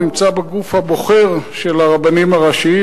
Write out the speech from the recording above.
הוא נמצא בגוף הבוחר של הרבנים הראשיים.